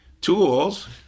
Tools